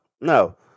no